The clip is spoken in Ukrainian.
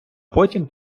потім